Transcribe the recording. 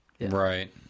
right